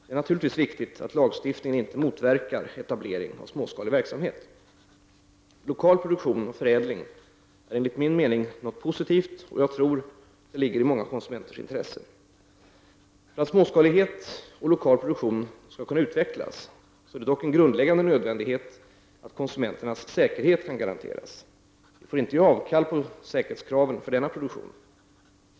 Det är naturligtvis viktigt att lagstiftningen inte motverkar etablering av småskalig verksamhet. Lokal produktion och förädling är enligt min mening något positivt, som jag tror ligger i många konsumenters intresse. För att småskalighet och lokal produktion skall kunna utvecklas är det dock en grundläggande nödvändighet att konsumenternas säkerhet kan garanteras. Vi får inte ge avkall på säkerhetskraven för denna produktion.